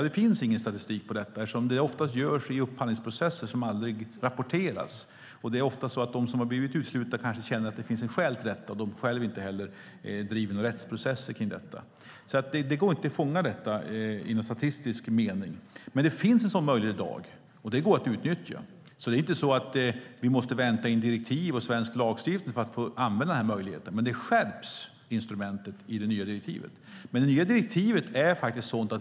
Det finns ingen statistik på detta, eftersom det oftast sker i upphandlingsprocesser som aldrig rapporteras. Det är ofta så att de som har blivit uteslutna känner att det finns ett skäl till detta och därför inte driver någon rättsprocess. Det går alltså inte att fånga detta i statistisk mening. Det finns en sådan möjlighet till uteslutning som går att utnyttja. Det är inte så att vi måste vänta in direktiv och svensk lagstiftning för att få använda den möjligheten, men detta instrument skärps i det nya direktivet.